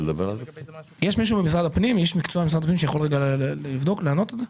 יש פה איש מקצוע ממשרד הפנים שיכול לבדוק ולענות על זה?